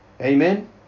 Amen